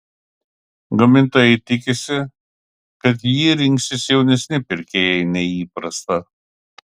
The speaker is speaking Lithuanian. gamintojai tikisi kad jį rinksis jaunesni pirkėjai nei įprasta